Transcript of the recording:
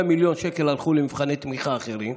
100 מיליון שקל הלכו למבחני תמיכה אחרים,